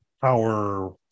power